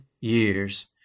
years